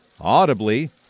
Audibly